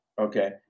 okay